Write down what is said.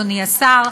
אדוני השר,